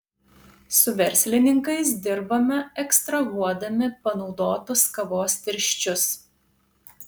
su verslininkais dirbame ekstrahuodami panaudotus kavos tirščius